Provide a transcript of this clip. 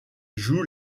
joue